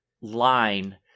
line